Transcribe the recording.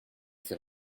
fait